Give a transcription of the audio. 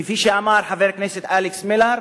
כפי שאמר חבר הכנסת אלכס מילר,